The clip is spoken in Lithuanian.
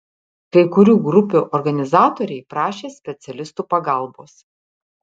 kai kurių grupių organizatoriai prašė specialistų pagalbos